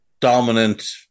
dominant